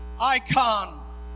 icon